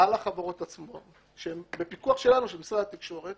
-- משרד התקשורת